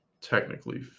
technically